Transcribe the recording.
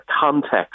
context